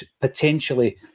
potentially